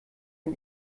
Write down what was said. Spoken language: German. ein